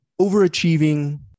overachieving